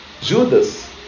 Judas